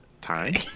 Time